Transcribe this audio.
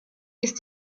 ist